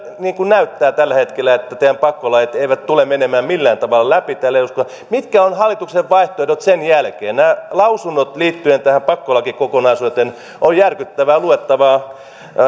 niin kuin näyttää tällä hetkellä teidän pakkolakinne eivät tule menemään millään tavalla läpi täällä eduskunnassa mitkä ovat hallituksen vaihtoehdot sen jälkeen nämä lausunnot liittyen tähän pakkolakikokonaisuuteen ovat järkyttävää luettavaa